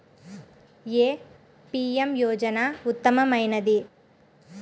ఏ PM యోజన ఉత్తమమైనది?